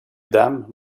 dam